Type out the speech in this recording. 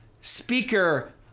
Speaker